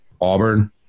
Auburn